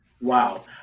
Wow